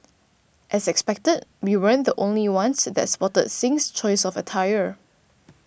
as expected we weren't the only ones that spotted Singh's choice of attire